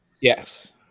Yes